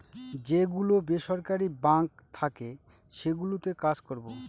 যে গুলো বেসরকারি বাঙ্ক থাকে সেগুলোতে কাজ করবো